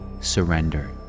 surrender